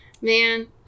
Man